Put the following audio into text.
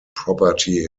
property